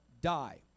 die